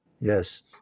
Yes